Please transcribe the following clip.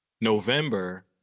November